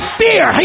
fear